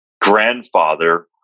grandfather